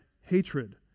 hatred